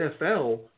NFL